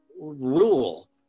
rule